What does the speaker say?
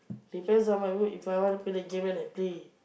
depends on my mood if I wanna play the game then I play